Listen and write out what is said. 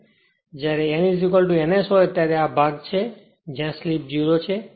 તેથી જ્યારે n n S હોય ત્યારે આ તે ભાગ છે જ્યાં સ્લીપ 0 છે